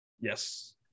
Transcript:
Yes